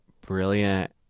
brilliant